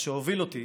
מה שהוביל אותי